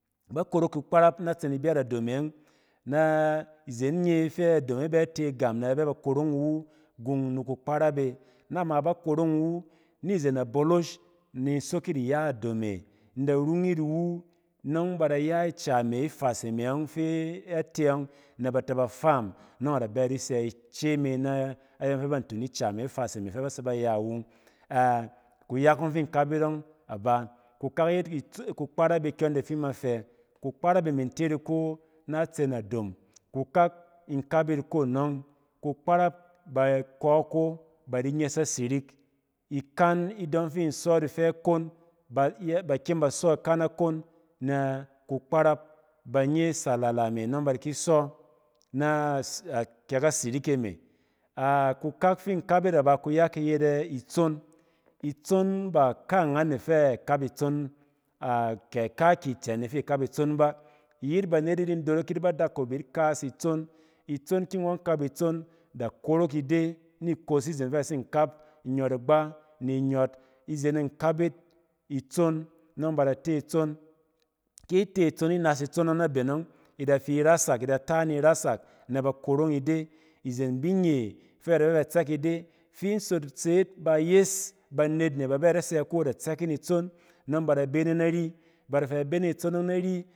. Ibu at adome yɔng ki izen nye fe adom e be ta agam na b aba ba korong iwu gun ni kuparap et mizzen abolish ni in sok yit iya adom e, in da rung yit iwu, ne bay a ka me ifas yɔng fi ite yɔng na ba te ba fam nɔng a da be a di se ice me ayɔng fi ni kap yit yɔng a ba kukak yet kukparap kyɔn de fi ima fɛ, kukparap e me in te yit iko nantsen adom kukak in kap yit iko anɔng, ikan kukparap ba di nyes asirik, ikan idɔng fi in sɔ yit ide ifɛ akon, bakyem ba sɔ ikan akon ni kukpawap ban ye asalala me nɔng na di ni sɔ ke kasin ke me, kukak fi in kap kaangan ne fɛ a kap itson, ba kaakya kanne fi ikap itson ba, iyit in darok yit badakop yit, itson ki ngɔn kap itson da korok ide nikos nizen fe batsin kap inyonagba in inyɔt itsin ni kap yit itson nɔng ba da te itson ki inas itson yɔng aben i data ni rasak na ba korong ide izen bi ba bɛ ba tsɛt ide, banet ba bɛ ba da sɛ mo nɔng i da bin tsɛk yin itsen bada bane ari, bada fɛ ba bene itson yɔng ari.